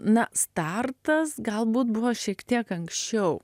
na startas galbūt buvo šiek tiek anksčiau